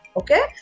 okay